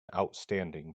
outstanding